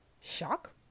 shock